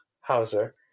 Hauser